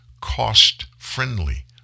cost-friendly